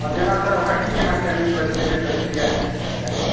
आओर जेना सर हमरा कि कोना टाइमिङ्ग लगतै नहि लगतै इएहसबके जानकारी